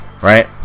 Right